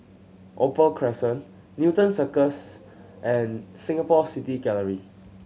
Opal Crescent Newton Cirus and Singapore City Gallery